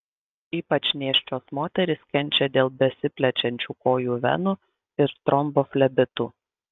ypač nėščios moterys kenčia dėl besiplečiančių kojų venų ir tromboflebitų